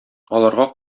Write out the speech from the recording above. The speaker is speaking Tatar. аларга